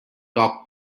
talk